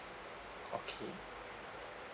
okay